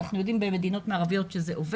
אנחנו יודעים שזה עובד במדינות מערביות .